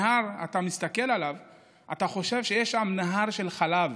מההר אתה מסתכל, ואתה חושב שיש נהר של חלב,